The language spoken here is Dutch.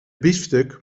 biefstuk